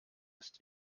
ist